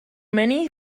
many